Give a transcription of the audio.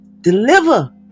Deliver